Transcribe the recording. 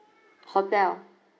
hotel